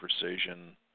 precision